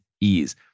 ease